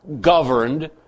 governed